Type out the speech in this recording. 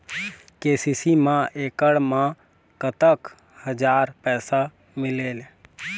KCC मा एकड़ मा कतक हजार पैसा मिलेल?